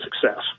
success